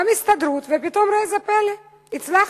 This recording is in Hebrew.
גם של ההסתדרות, ופתאום, ראה זה פלא, הצלחנו.